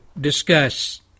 discuss